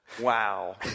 wow